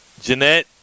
jeanette